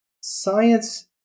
science